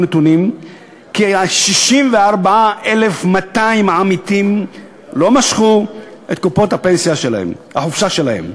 נתונים כי 64,200 עמיתים לא משכו את קופות החופשה שלהם.